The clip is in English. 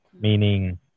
meaning